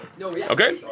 Okay